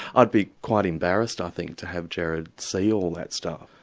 i'd be quite embarrassed i think to have gerard see all that stuff.